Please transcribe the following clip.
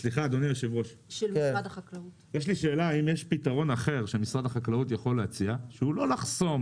האם יש פתרון אחר שמשרד החקלאות יכול להציע שהוא לא לחסום